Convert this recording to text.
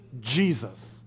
Jesus